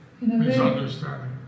misunderstanding